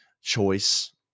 choice